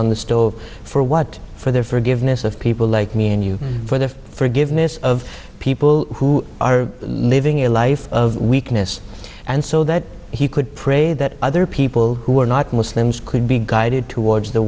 on the stove for what for their forgiveness of people like me and you for the forgiveness of people who are living a life of weakness and so that he could pray that other people who are not muslims could be guided towards the